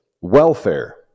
welfare